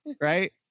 right